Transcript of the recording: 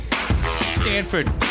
Stanford